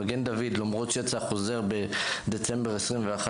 מגן דוד, למרות שיצא חוזר בדצמבר 2021,